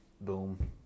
boom